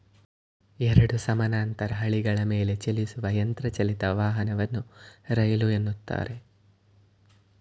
ಎರಡು ಸಮಾನಾಂತರ ಹಳಿಗಳ ಮೇಲೆಚಲಿಸುವ ಯಂತ್ರ ಚಾಲಿತ ವಾಹನವನ್ನ ರೈಲು ಎನ್ನುತ್ತಾರೆ